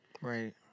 Right